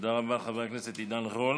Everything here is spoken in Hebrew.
תודה רבה, חבר הכנסת עידן רול.